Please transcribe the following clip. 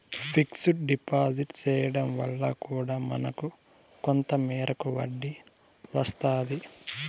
fixed deposit చేయడం వల్ల కూడా మనకు కొంత మేరకు వడ్డీ వస్తాది